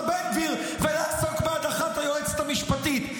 בן גביר ולעסוק בהדחת היועצת המשפטית,